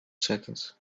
seconds